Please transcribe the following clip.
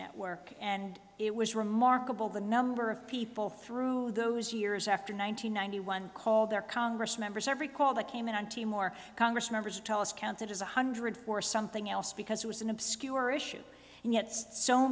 network and it was remarkable the number of people through those years after nine hundred ninety one call their congress members every call that came in on timor congress members tell us counted as one hundred for something else because it was an obscure issue and yet so